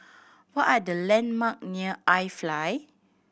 what are the landmark near iFly